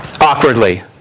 Awkwardly